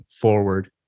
forward